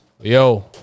yo